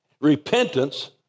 Repentance